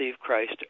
Christ